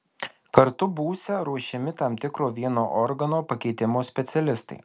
kartu būsią ruošiami tam tikro vieno organo pakeitimo specialistai